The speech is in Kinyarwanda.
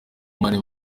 mani